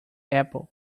apple